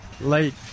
late